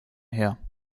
her